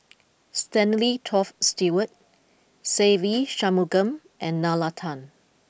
Stanley Toft Stewart Se Ve Shanmugam and Nalla Tan